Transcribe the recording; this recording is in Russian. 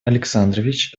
александрович